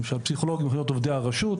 למשל פסיכולוג יכול להיות עובד הרשות,